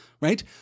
right